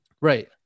right